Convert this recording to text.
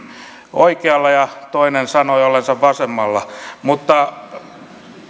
oikealla ja toinen sanoi olevansa vasemmalla mutta